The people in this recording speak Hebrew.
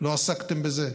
לא עסקתם בזה?